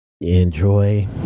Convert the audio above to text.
Enjoy